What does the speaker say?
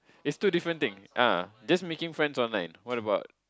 it's two different thing ah just making friends online what about